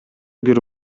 бир